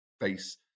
face